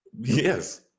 Yes